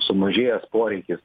sumažėjęs poreikis